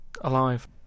alive